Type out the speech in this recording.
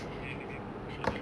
ya lebih rumput you know